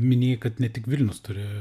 minėjai kad ne tik vilnius turi